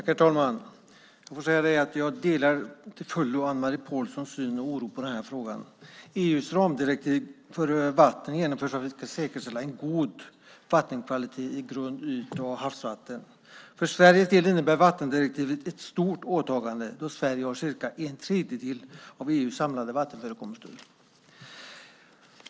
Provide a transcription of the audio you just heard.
Herr talman! Jag delar till fullo Anne-Marie Pålssons oro och syn på den här frågan. EU:s ramdirektiv för vatten genomförs för att vi ska säkerställa en god vattenkvalitet i grund-, yt och havsvatten. För Sveriges del innebär vattendirektivet ett stort åtagande då Sverige har cirka en tredjedel av EU:s samlade vattenförekomster.